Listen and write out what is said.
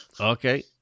Okay